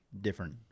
different